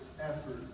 effort